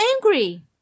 angry